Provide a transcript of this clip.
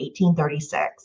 1836